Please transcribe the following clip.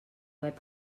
web